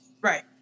Right